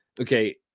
okay